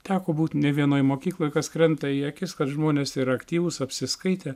teko būt ne vienoj mokykloj kas krenta į akis kad žmonės yra aktyvūs apsiskaitę